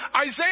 Isaiah